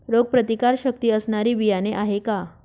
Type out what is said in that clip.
रोगप्रतिकारशक्ती असणारी बियाणे आहे का?